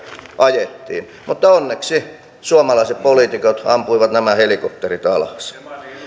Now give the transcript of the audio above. ajettiin mutta onneksi suomalaiset poliitikot ampuivat nämä helikopterit alas